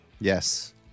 yes